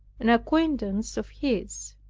an acquaintance of his.